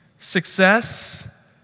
Success